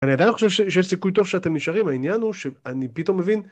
אני עדיין חושב שיש סיכוי טוב שאתם נשארים העניין הוא שאני פתאום מבין